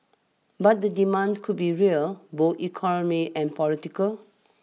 but the demand could be real both economic and political